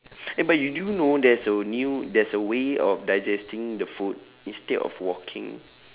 eh but do you know there's a new there's a way of digesting the food instead of walking